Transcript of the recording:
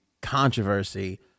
controversy